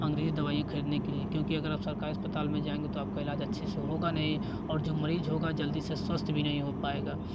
अंग्रेजी दवाइयाँ खरीदने के लिए क्योंकि अगर आप सरकारी अस्पताल में जाएँगे तो आपका इलाज अच्छे से होगा नहीं और जो मरीज होगा जल्दी से स्वस्थ भी नहीं हो पाएगा